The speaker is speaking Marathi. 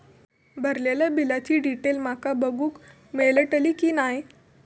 भरलेल्या बिलाची डिटेल माका बघूक मेलटली की नाय?